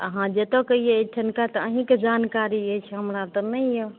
अहाँ जतऽ कहिए एहिठामके तऽ अहीँकेँ जानकारी अछि हमरा तऽ नहि यऽ